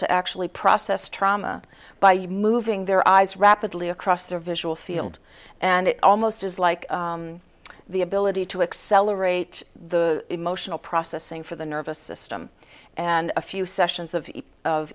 to actually process trauma by you moving their eyes rapidly across their visual field and it almost is like the ability to accelerate the emotional processing for the nervous system and a few sessions of of